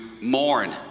mourn